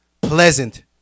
pleasant